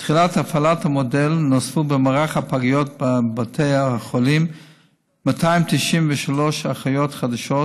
מתחילת הפעלת המודל נוספו במערך הפגיות בבתי החולים 293 אחיות חדשות,